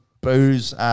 booze